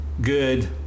good